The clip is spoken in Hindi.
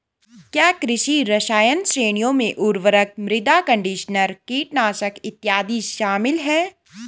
क्या कृषि रसायन श्रेणियों में उर्वरक, मृदा कंडीशनर, कीटनाशक इत्यादि शामिल हैं?